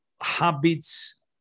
habits